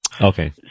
Okay